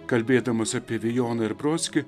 kalbėdamas apie vijoną ir brodskį